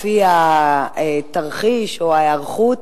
לפי התרחיש או ההיערכות,